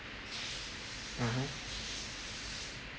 mmhmm